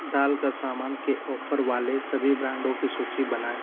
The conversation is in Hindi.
दाल का सामान के ऑफ़र वाले सभी ब्रांडों की सूची बनाएँ